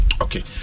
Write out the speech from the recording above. okay